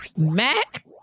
MAC